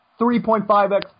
3.5X